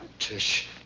tish,